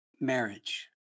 marriage